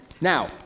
Now